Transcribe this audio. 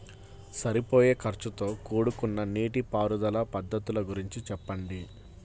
సరిపోయే ఖర్చుతో కూడుకున్న నీటిపారుదల పద్ధతుల గురించి చెప్పండి?